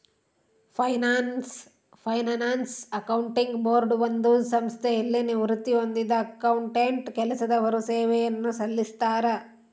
finance accounting board ಒಂದು ಸಂಸ್ಥೆಯಲ್ಲಿ ನಿವೃತ್ತಿ ಹೊಂದಿದ್ದ ಅಕೌಂಟೆಂಟ್ ಕೆಲಸದವರು ಸೇವೆಯನ್ನು ಸಲ್ಲಿಸ್ತರ